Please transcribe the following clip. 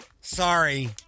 Sorry